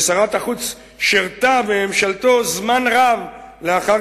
ששרת החוץ שירתה בממשלתו זמן רב לאחר